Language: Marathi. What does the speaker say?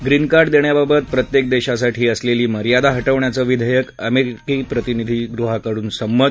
ग्रीन कार्ड देण्याबाबत प्रत्येक देशासाठी असलेली मर्यादा हटवण्याचं विधेयक अमेरिकी प्रतिनिधी गृहाकडून संमत